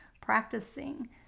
practicing